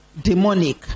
demonic